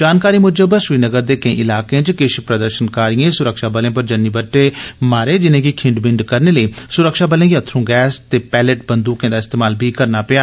जानकारी मुजब श्रीनगर दे केई इलाकें च किश प्रदर्शनकारिए सुरक्षा बलें पर जन्नी बट्टे मारे जिनेंगी खिंड बिंड करने लेई सुरक्षाबलें गी उत्थरूं गैस ते पैलेट बंदूकें दा इस्तेमाल बी करना पेआ